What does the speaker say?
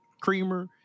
creamer